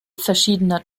verschiedener